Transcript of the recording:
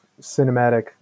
cinematic